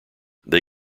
they